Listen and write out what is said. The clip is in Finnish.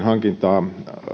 hankintaa